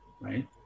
right